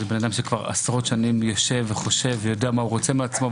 זה אדם שכבר עשרות שנים יושב וחושב ויודע מה הוא רוצה מעצמו,